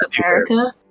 America